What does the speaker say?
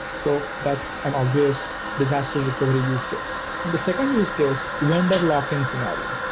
so that's an obvious disaster recover use case the second use case, vendor lock-in scenario,